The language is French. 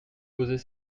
poser